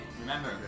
remember